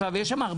יש שם כסף.